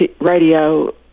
radio